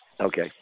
Okay